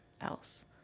else